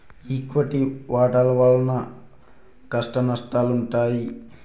equity వాటాల వలన కష్టనష్టాలుంటాయి